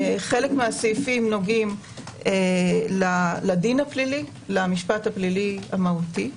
חלקם נוגעים לדין הפלילי, למשפט הפלילי המהותי.